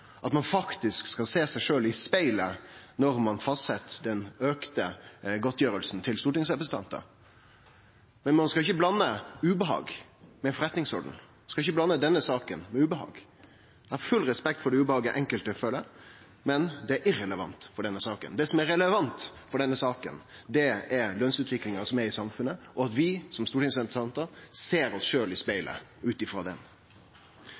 at ein faktisk skal sjå seg sjølv i spegelen når ein fastset den økte godtgjersla til stortingsrepresentantane. Men ein skal ikkje blande ubehag med forretningsordenen, ein skal ikkje blande denne saka med ubehag. Eg har full respekt for det ubehaget enkelte føler, men det er irrelevant for denne saka. Det som er relevant for denne saka, er lønsutviklinga i samfunnet, og at vi som stortingsrepresentantar ser oss sjølve i spegelen ut frå den